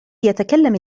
يتكلم